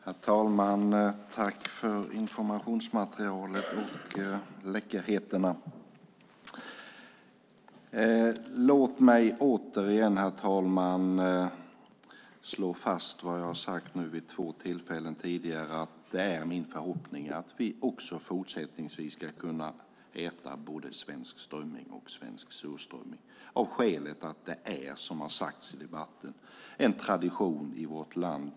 Herr talman! Tack för informationsmaterialet och läckerheterna, Eva Sonidsson! Herr talman! Låt mig återigen slå fast vad jag har sagt vid två tillfällen tidigare, nämligen att det är min förhoppning att vi också fortsättningsvis ska kunna äta både svensk strömming och svensk surströmming, av det skälet, som har sagts i debatten, att det är en tradition i vårt land.